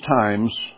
times